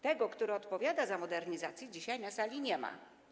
Tego, który odpowiada za modernizację, dzisiaj na sali nie ma.